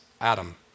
Adam